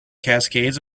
cascades